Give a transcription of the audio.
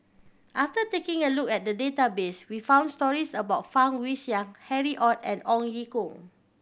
after taking a look at the database we found stories about Fang Guixiang Harry Ord and Ong Ye Kung